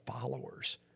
followers